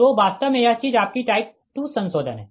तो वास्तव में यह चीज आपकी टाइप 2 संशोधन है